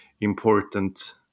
important